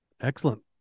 Excellent